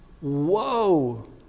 Whoa